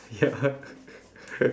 ya